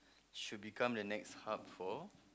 should become the next hub for